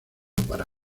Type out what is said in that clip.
para